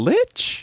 Lich